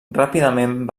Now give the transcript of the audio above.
ràpidament